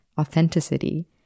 authenticity